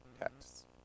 texts